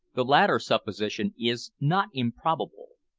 the latter supposition is not improbable,